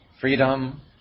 Freedom